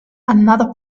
another